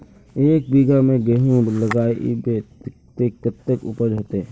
एक बिगहा में गेहूम लगाइबे ते कते उपज होते?